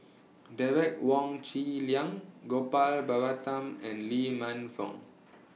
Derek Wong Zi Liang Gopal Baratham and Lee Man Fong